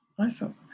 Awesome